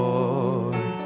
Lord